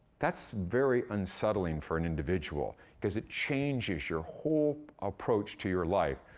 that's very unsettling for an individual cause it changes your whole approach to your life.